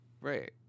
Right